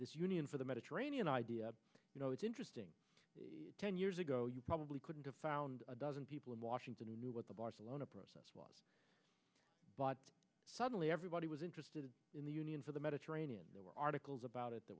this union for the mediterranean idea you know it's interesting ten years ago you probably couldn't have found a dozen people in washington knew what the barcelona process was but suddenly everybody was interested in the union for the mediterranean there were articles about it th